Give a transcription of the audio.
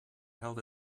held